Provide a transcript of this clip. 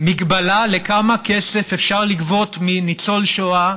מגבלה על כמה כסף אפשר לגבות מניצול שואה